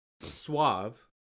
suave